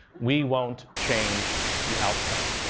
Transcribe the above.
we won't change the outcome.